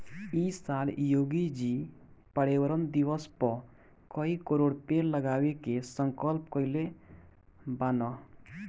इ साल योगी जी पर्यावरण दिवस पअ कई करोड़ पेड़ लगावे के संकल्प कइले बानअ